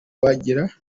bagira